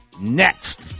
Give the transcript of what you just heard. next